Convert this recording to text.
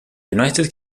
united